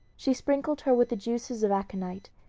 she sprinkled her with the juices of aconite,